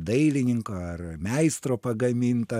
dailininko ar meistro pagamintą